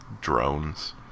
drones